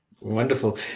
wonderful